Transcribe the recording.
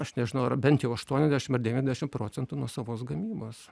aš nežinau ar bent jau aštuoniasdešim ar devyniasdešim procentų nuosavos gamybos